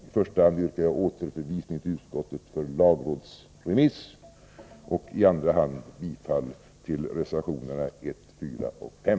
I första hand yrkar jag återförvisning till utskottet för lagrådsremiss och i andra hand bifall till reservationerna 1, 4 och 5.